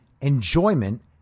enjoyment